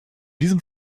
diesem